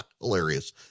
hilarious